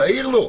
העיר לא,